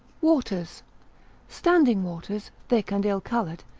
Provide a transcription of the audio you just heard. waters standing waters, thick and ill-coloured,